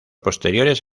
posteriores